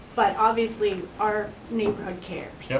but obviously our neighborhood cares. yep,